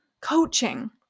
coaching